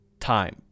time